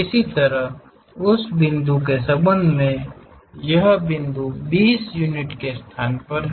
इसी तरह उस बिंदु के संबंध में यह बिंदु 20 यूनिट के स्थान पर है